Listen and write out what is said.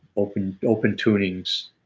open open tunings,